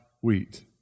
wheat